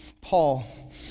Paul